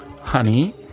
honey